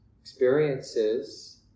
experiences